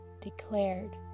declared